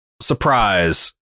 Surprise